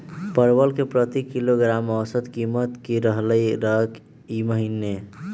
परवल के प्रति किलोग्राम औसत कीमत की रहलई र ई महीने?